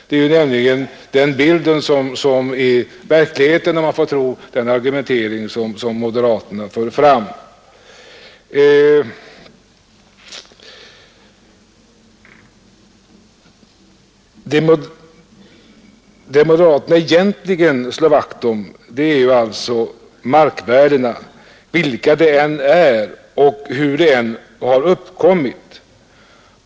Detta är nämligen en bild av verkligheten, om man får tro moderaternas argumentering. Det moderaterna egentligen slår vakt om är markvärdena — vilka de än är och hur de än har uppkommit.